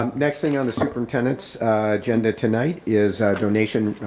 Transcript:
um next thing on the superintendent's agenda tonight is donation